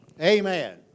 Amen